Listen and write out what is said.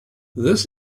this